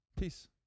Peace